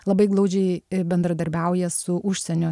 labai glaudžiai bendradarbiauja su užsienio